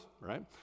right